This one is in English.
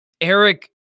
eric